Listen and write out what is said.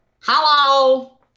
Hello